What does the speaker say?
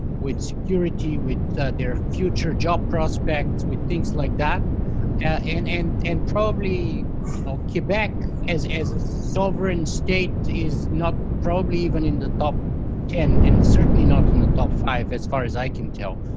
with security, with their future job prospects, with things like that and, and and probably ah quebec as as a sovereign state is not probably even in the top ten, and certainly not in the top five, as far as i can tell.